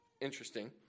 interesting